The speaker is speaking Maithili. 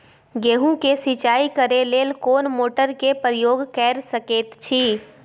गेहूं के सिंचाई करे लेल कोन मोटर के प्रयोग कैर सकेत छी?